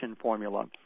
formula